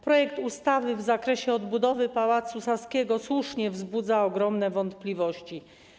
Projekt ustawy w zakresie odbudowy Pałacu Saskiego słusznie wzbudza ogromne wątpliwości.